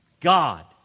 God